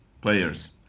players